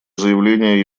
заявление